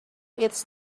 its